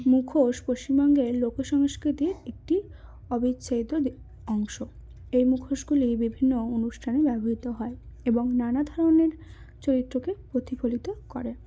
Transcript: মুখোশ পশ্চিমবঙ্গের লোক সংস্কৃতির একটি অবিচ্ছেদ্য অংশ এই মুখোশগুলি বিভিন্ন অনুষ্ঠানে ব্যবহৃত হয় এবং নানা ধরনের চরিত্রকে প্রতিফলিত করে